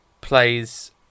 plays